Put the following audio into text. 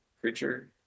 creature